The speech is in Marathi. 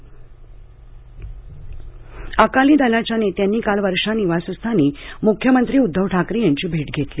कृषी शिवसेना अकाली दलाच्या नेत्यांनी काल वर्षा निवासस्थानी मुख्यमंत्री उद्धव ठाकरे यांची भेट घेतली